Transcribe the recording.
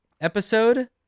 episode